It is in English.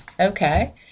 Okay